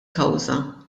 kawża